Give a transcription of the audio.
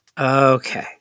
Okay